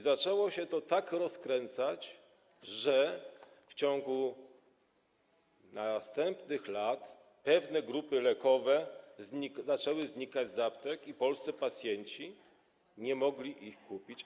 Zaczęło się to tak rozkręcać, że w ciągu następnych lat pewne grupy lekowe zaczęły znikać z aptek i polscy pacjenci nie mogli ich kupić.